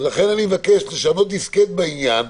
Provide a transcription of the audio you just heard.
לכן אני מבקש לשנות דיסקט בעניין.